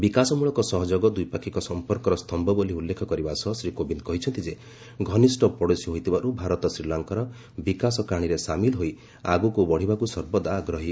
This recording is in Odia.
ବିକାଶମୂଳକ ସହଯୋଗ ଦ୍ୱିପାକ୍ଷିକ ସମ୍ପର୍କର ସ୍ତମ୍ଭ ବୋଲି ଉଲ୍ଲେଖ କରିବା ସହ ଶ୍ରୀ କୋବିନ୍ଦ କହିଛନ୍ତି ଯେ ଘନିଷ୍ଠ ପଡ଼ୋଶୀ ହୋଇଥିବାରୁ ଭାରତ ଶ୍ରୀଲଙ୍କାର ବିକାଶ କାହାଣୀରେ ସାମିଲ ହୋଇ ଆଗକୁ ବଢ଼ିବାକୁ ସର୍ବଦା ଆଗ୍ରହୀ